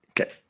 Okay